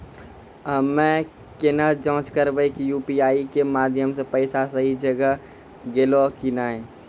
हम्मय केना जाँच करबै की यु.पी.आई के माध्यम से पैसा सही जगह गेलै की नैय?